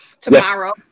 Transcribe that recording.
Tomorrow